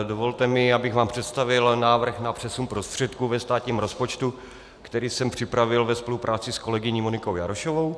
Dovolte mi, abych vám představil návrh na přesun prostředků ve státním rozpočtu, který jsem připravil ve spolupráci s kolegyní Monikou Jarošovou.